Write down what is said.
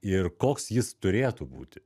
ir koks jis turėtų būti